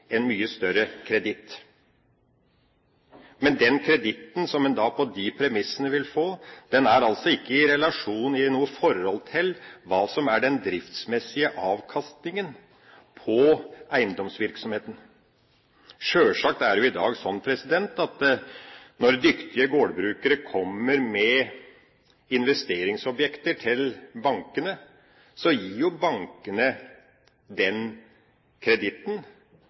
en mye større kreditt. Men den kreditten som en da vil få på de premissene, er altså ikke i noe forhold til hva som er den driftsmessige avkastningen på eiendomsvirkomheten. Sjølsagt er det i dag sånn at når dyktige gårdbrukere kommer med investeringsobjekter til bankene, gir jo bankene den kreditten